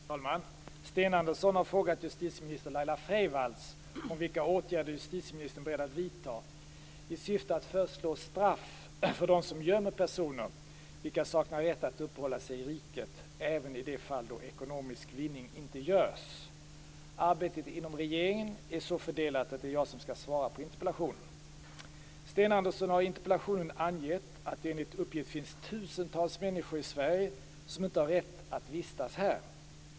Fru talman! Sten Andersson har frågat justitieminister Laila Freivalds om vilka åtgärder justitieministern är beredd att vidta i syfte att föreslå straff för dem som gömmer personer vilka saknar rätt att uppehålla sig i riket, även i de fall då ekonomisk vinning inte görs. Arbetet inom regeringen är så fördelat att det är jag som skall svara på interpellationen. Sten Andersson har i interpellationen angett att det enligt uppgift finns tusentals människor i Sverige som inte har rätt att vistas här.